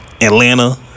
Atlanta